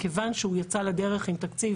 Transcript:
מכיוון שהוא יצא לדרך עם תקציב